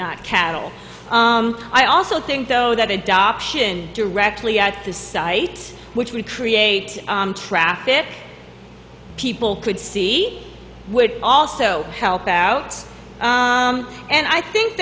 not cattle i also think though that adoption directly at the sites which would create traffic people could see would also help out and i think